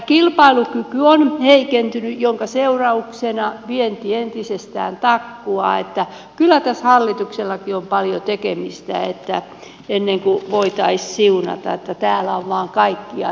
kilpailukyky on heikentynyt minkä seurauksena vienti entisestään takkuaa niin että kyllä tässä hallituksellakin on paljon tekemistä ennen kuin voitaisiin siunata että täällä on vaan kaikkea hyvää